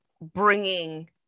bringing